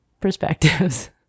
perspectives